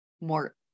more